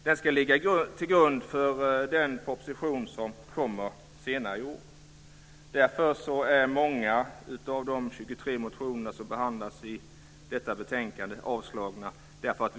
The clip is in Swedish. Den ska ligga till grund för den proposition som kommer senare i år. Därför är många av de 23 motionsyrkanden som behandlas i detta betänkande avstyrkta.